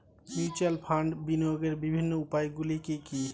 Mutual ফান্ডে বিনিয়োগের বিভিন্ন উপায়গুলি কি কি?